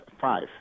five